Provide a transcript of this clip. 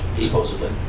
supposedly